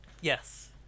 yes